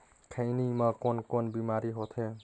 खैनी म कौन कौन बीमारी होथे?